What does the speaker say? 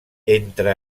entre